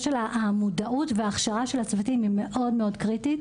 של המודעות וההכשרה של הצוותים מאוד קריטית.